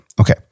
Okay